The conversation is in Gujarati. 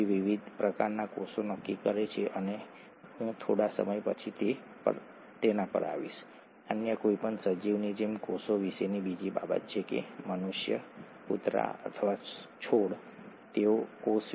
પુનરાવર્તન તમારી પાસે પેન્ટોઝ સુગર છે તમારી પાસે નાઇટ્રોજનસ બેઝ છે જે આની સાથે જોડાયેલો છે અને તમારી પાસે આની સાથે ફોસ્ફેટ જૂથ જોડાયેલું છે